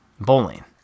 bowling